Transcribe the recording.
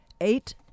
eight